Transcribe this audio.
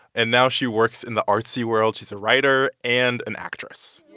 and now she works in the artsy world. she's a writer and an actress.